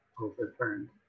overturned